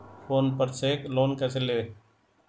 Phone पर से loan कैसे लें?